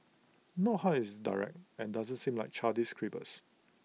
note how IT is direct and doesn't seem like childish scribbles